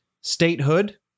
statehood